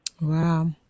Wow